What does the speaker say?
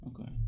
Okay